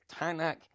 Tanak